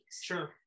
Sure